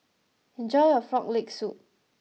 enjoy your Frog Leg Soup